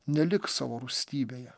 nelik savo rūstybėje